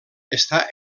està